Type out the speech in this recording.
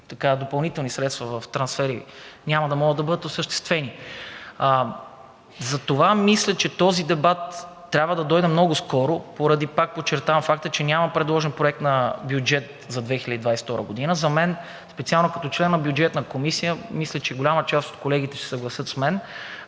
допълнителни средства в трансфери, няма да могат да бъдат осъществени. Затова мисля, че този дебат трябва да дойде много скоро поради, пак подчертавам, факта, че няма предложен проект на бюджет за 2022 г. За мен специално като член на Бюджетната комисия, мисля, че голяма част от колегите ще се съгласят с мен,